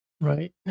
Right